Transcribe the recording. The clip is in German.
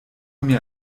mir